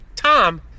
Tom